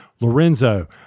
Lorenzo